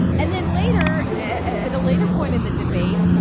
and then later at a later point in the debate,